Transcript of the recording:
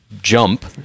jump